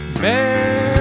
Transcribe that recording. Man